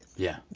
yeah.